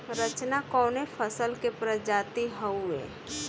रचना कवने फसल के प्रजाति हयुए?